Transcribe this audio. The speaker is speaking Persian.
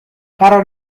قرار